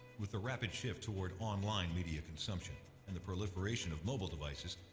with the rapid shift toward online media consumption and the proliferation of mobile devices,